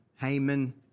Haman